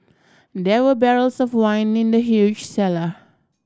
there were barrels of wine in the huge cellar